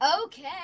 Okay